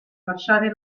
lasciare